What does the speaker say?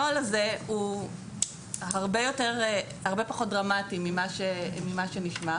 הנוהל הזה הוא הרבה פחות דרמטי ממה שנשמע.